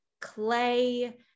clay